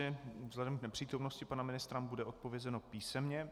Vzhledem k nepřítomnosti pana ministra bude odpovězeno písemně.